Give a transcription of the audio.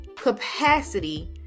Capacity